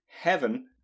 heaven